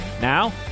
Now